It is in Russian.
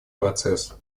процесс